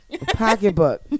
Pocketbook